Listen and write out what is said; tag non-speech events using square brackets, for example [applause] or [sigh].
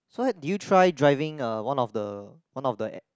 so did you try driving uh one of the one of the [noise]